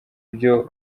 byo